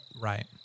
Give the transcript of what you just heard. Right